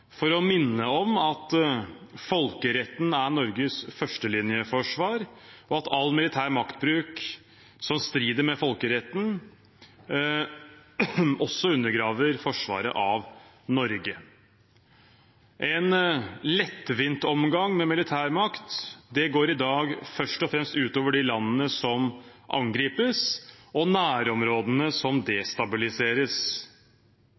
for å minne om at folkeretten er Norges førstelinjeforsvar, og at all militær maktbruk som strider mot folkeretten, også undergraver forsvaret av Norge. En lettvint omgang med militærmakt går i dag først og fremst ut over de landene som angripes, og nærområdene som